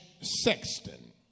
sexton